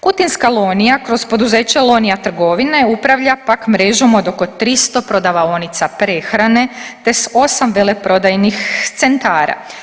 Kutinska Lonia kroz poduzeće Lonia trgovine upravlja pak mrežom od oko 300 prodavaonica prehrane te s 8 veleprodajnih centra.